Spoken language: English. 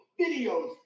videos